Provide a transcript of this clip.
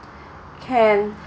can